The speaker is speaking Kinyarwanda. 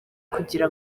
kugira